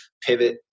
pivot